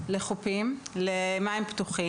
רוב הילדים שטובעים במים,